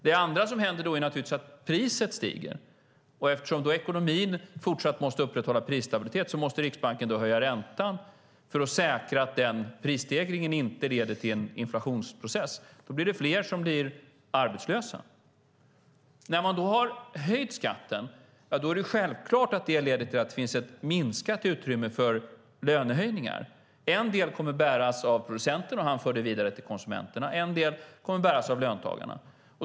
Det andra som händer är naturligtvis att priset stiger, och eftersom då ekonomin fortsatt måste upprätthålla prisstabilitet måste Riksbanken höja räntan för att säkra att den prisstegringen inte leder till en inflationsprocess. Då blir fler arbetslösa. När man då har höjt skatten är det självklart att det leder till ett minskat utrymme för lönehöjningar. En del kommer att bäras av producenten som för det vidare till konsumenterna. En del kommer att bäras av löntagarna.